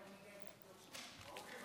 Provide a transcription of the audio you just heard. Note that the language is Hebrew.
אתם,